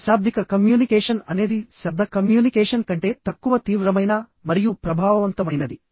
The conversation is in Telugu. అశాబ్దిక కమ్యూనికేషన్ అనేది శబ్ద కమ్యూనికేషన్ కంటే తక్కువ తీవ్రమైన మరియు ప్రభావవంతమైనది